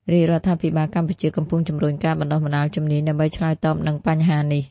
រាជរដ្ឋាភិបាលកម្ពុជាកំពុងជំរុញការបណ្ដុះបណ្ដាលជំនាញដើម្បីឆ្លើយតបនឹងបញ្ហានេះ។